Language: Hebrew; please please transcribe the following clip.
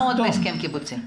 מה עוד בהסכם הקיבוצי?